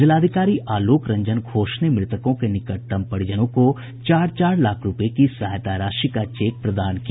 जिलाधिकारी आलोक रंजन घोष ने मृतकों के निकटतम परिजनों को चार चार लाख रूपये की सहायता राशि का चेक प्रदान किया